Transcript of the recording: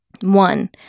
One